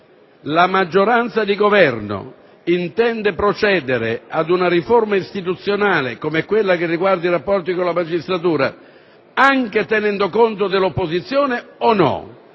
la maggioranza di Governo intende procedere ad una riforma istituzionale come quella che riguarda i rapporti con la magistratura anche tenendo conto dell'opposizione oppure